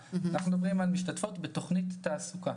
וגם ארבע שפות, שהמידע יהיה בארבע שפות.